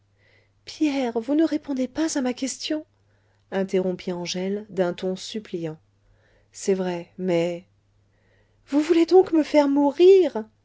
pierre vous ne répondez pas à ma question interrompit angèle d'un ton suppliant c'est vrai mais vous voulez donc me faire mourir